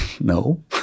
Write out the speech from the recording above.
No